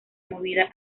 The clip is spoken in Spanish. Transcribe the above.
movida